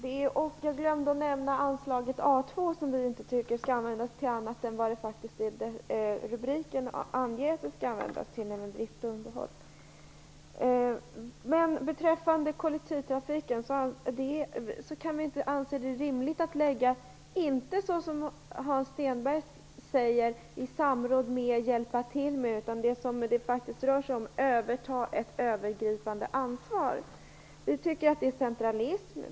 Fru talman! Jag glömde nämna anslaget A2, som Miljöpartiet inte tycker skall användas till annat än vad rubriken anger att det skall användas till, nämligen drift och underhåll. Beträffande kollektivtrafiken kan vi inte anse det rimligt att Vägverket skall överta ett övergripande ansvar. Det är faktiskt det som det handlar om, och inte det som Hans Stenberg säger, att detta skall ske i samråd, och att man skall hjälpa till.